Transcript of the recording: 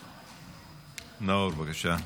נאור, בבקשה.